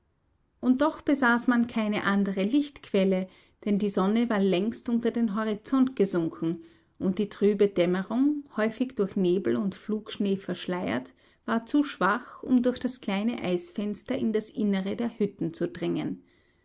und doch besaß man keine andere lichtquelle denn die sonne war längst unter den horizont gesunken und die trübe dämmerung häufig durch nebel und flugschnee verschleiert war zu schwach um durch das kleine eisfenster in das innere der hütten zu dringen